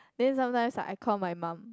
then sometimes I call my mum